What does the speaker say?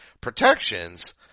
Protections